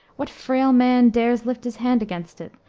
what frail man dares lift his hand against it?